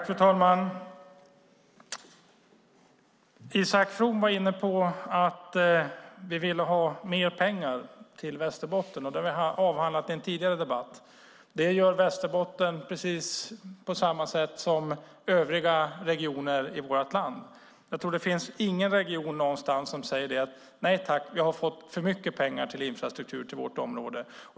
Fru talman! Isak From sade att vi vill ha mer pengar till Västerbotten. Det har vi avhandlat i en tidigare debatt. Det gäller Västerbotten precis som övriga regioner i vårt land. Jag tror inte att det finns någon region som säger: Nej tack. Vi har fått för mycket pengar till infrastruktur i vårt område.